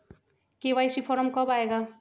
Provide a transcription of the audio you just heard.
KYC form कब आए गा?